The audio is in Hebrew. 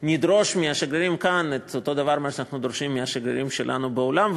שנדרוש מהשגרירים כאן את אותו הדבר שאנחנו דורשים מהשגרירים שלנו בעולם.